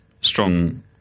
strong